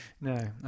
No